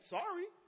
sorry